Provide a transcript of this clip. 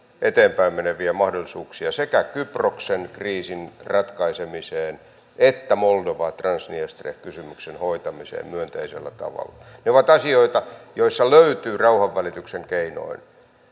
eteenpäin meneviä mahdollisuuksia sekä kyproksen kriisin ratkaisemiseen että moldova transnistria kysymyksen hoitamiseen myönteisellä tavalla ne ovat asioita joissa löytyy rauhanvälityksen keinoin